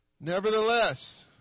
Nevertheless